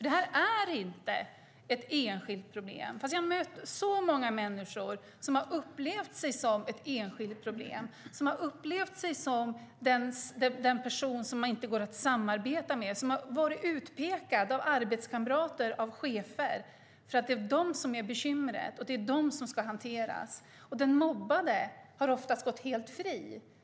Det här är inte ett enskilt problem, men jag har mött så många människor som har upplevt sig själva som ett enskilt problem, som den person som det inte går att samarbeta med och som har varit utpekade av arbetskamrater och chefer för att de är bekymret som ska hanteras. Den mobbande har oftast gått helt fri.